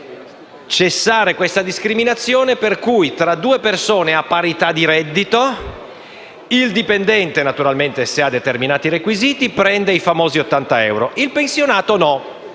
e cioè cessare la discriminazione per cui, tra due persone a parità di reddito, il dipendente - naturalmente se ha determinati requisiti - prende i famosi 80 euro, mentre il pensionato no,